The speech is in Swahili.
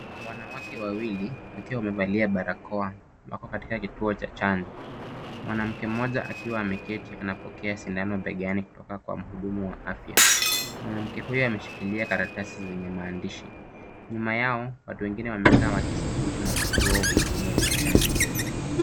Wanawake wawili wakiwa wamevalia barakoa. Wako katika kituo cha chanjo. Mwanamke mmoja akiwa ameketi anapokea sindano begani kutoka kwa mhudumu wa afya. Mwanamke huyu ameshikilia karatasi zenye maandishi. Nyuma yao, watu wengine wamekaa wakisubiri na kituo vingine vya chanjo.